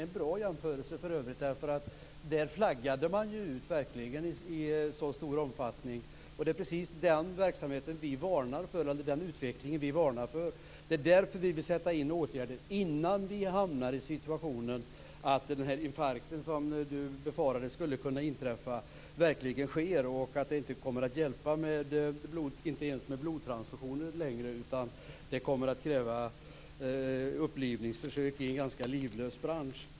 För övrigt är det en bra jämförelse. Där har man ju verkligen flaggat ut i stor omfattning men det är precis den utvecklingen vi varnar för. Därför vill vi sätta in åtgärder innan vi hamnar i situationen att den infarkt som du befarade skulle kunna inträffa verkligen sker och att det inte ens kommer att hjälpa med blodtransfusioner. I stället kommer det att krävas upplivningsförsök i en ganska livlös bransch.